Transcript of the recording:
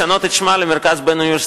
לשנות את שמה ל"מרכז בין-אוניברסיטאי".